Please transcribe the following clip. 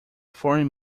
foreign